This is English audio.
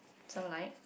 something like